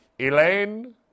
Elaine